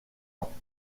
ans